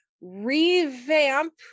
revamp